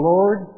Lord